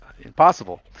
impossible